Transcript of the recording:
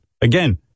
again